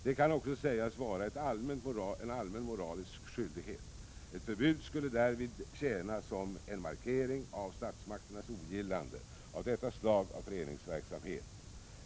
Det kan också sägas vara en allmänt moralisk skyldighet; ett förbud skulle därvid tjäna som en markering av statsmakternas ogillande av detta slag av föreningsverksamhet.